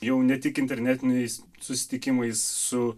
jau ne tik internetiniais susitikimais su